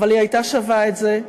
אבל היא הייתה שווה את זה.